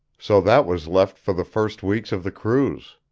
so that was left for the first weeks of the cruise.